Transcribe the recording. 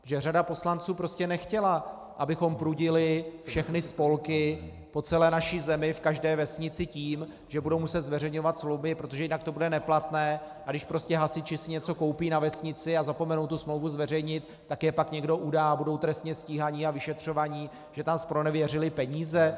Protože řada poslanců prostě nechtěla, abychom prudili všechny spolky po celé naší zemi v každé vesnici tím, že budou muset zveřejňovat smlouvy, protože jinak to bude neplatné, a když prostě hasiči si něco na vesnici koupí a zapomenou tu smlouvu zveřejnit, tak je pak někdo udá a budou trestně stíháni a vyšetřováni, že tam zpronevěřili peníze.